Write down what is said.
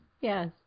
Yes